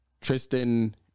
Tristan